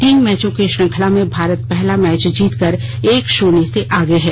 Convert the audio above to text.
तीन मैचों की श्रृंखला में भारत पहला मैच जीतकर एक शून्य से आगे है